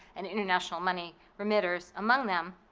and international money remitters among them.